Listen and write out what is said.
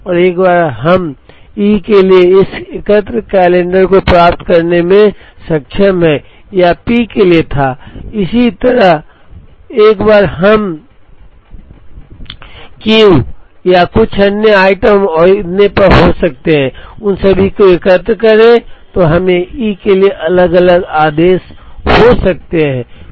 और एक बार हम ई के लिए इस एकत्र कैलेंडर को प्राप्त करने में सक्षम हैं यह पी के लिए था इसी तरह क्यू कुछ अन्य आइटम और इतने पर हो सकता है उन सभी को एकत्र करें तो हम ई के लिए अलग अलग आदेश दे सकते हैं